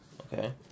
Okay